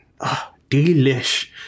Delish